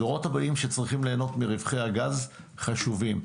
הדורות הבאים שצריכים ליהנות מרווחי הגז חשובים.